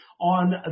on